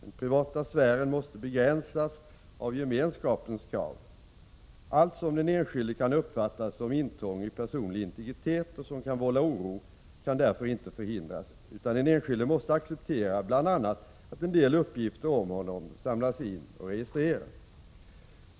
Den privata sfären måste begränsas av gemenskapens krav. Allt som den enskilde kan uppfatta som intrång i personlig integritet och som kan vålla oro kan därför inte förhindras utan den enskilde måste acceptera bl.a. att en hel del uppgifter om honom samlas in och registreras.